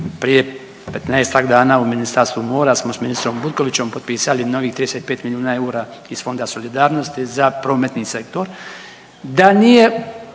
prije 15-ak dana u Ministarstvu mora smo s ministrom Butkovićem potpisali novih 35 milijuna eura iz Fonda solidarnosti za prometni sektor.